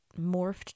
morphed